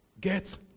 Get